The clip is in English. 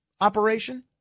operation